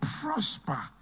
prosper